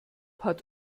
hat